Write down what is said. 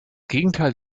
gegenteil